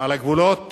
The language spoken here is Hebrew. על הגבולות